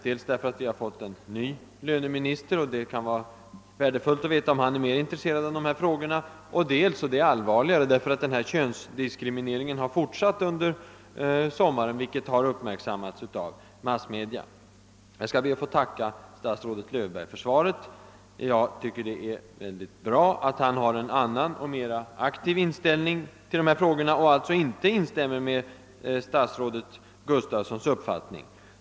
Dels därför att vi fått en ny löneminister, och det kan vara värdefullt att veta om han är mer intresserad av dessa frågor. Dels — och det är allvarligare — för att denna könsdiskriminering har fortsatt under sommaren, vilket också har uppmärksammats av massmedia. Jag ber att få tacka statsrådet Löfberg för svaret; jag tycker det är bra att han har en annan och mer aktiv inställning till dessa frågor och alltså inte instämmer i Hans Gustafssons uppfattning.